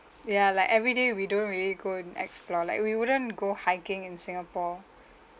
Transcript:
ya like everyday we don't really go and explore like we wouldn't go hiking in singapore